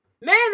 Man